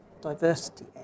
diversity